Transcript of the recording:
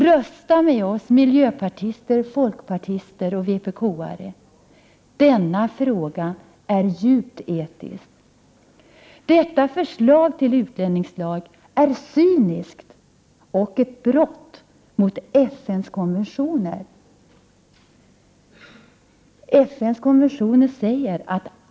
Rösta med oss miljöpartister, folkpartister och vpk-are! Denna fråga är djupt etisk! Detta förslag till utlänningslag är cyniskt och ett brott mot FN:s konventioner.